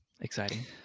exciting